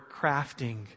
crafting